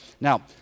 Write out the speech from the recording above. Now